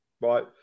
right